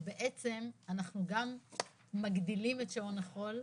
בעצם אנחנו גם מגדילים את שעון החול,